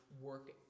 work